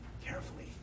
carefully